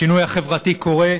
השינוי החברתי קורה,